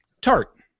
Tart